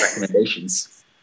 recommendations